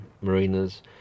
marinas